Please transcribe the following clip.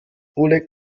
oleg